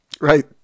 Right